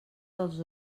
dels